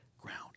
ground